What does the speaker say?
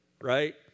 right